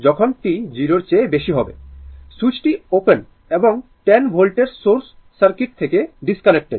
যখন t 0 এর চেয়ে বেশি হবে সুইচটি ওপেন এবং 10 ভোল্টের সোর্স সার্কিট থেকে ডিসকানেক্টেড